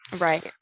Right